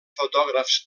fotògrafs